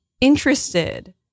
interested